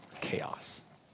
Chaos